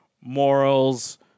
morals